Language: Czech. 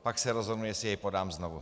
Pak se rozhodnu, jestli jej podám znovu.